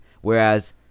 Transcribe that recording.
Whereas